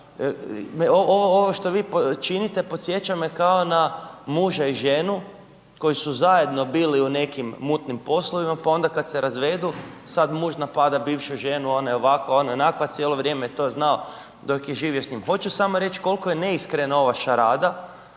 ovo što vi činite, podsjeća me kao na muža i ženu koji su zajedno bili u nekim mutnim poslovima pa onda kad se razvedu, sad muž napada bivšu ženu, ona je ovakva, ona je onakva, cijelo vrijeme je to znao dok je živio s njim. Hoću samo reći koliko je neiskrena ova šarada,